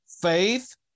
Faith